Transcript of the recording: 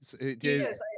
yes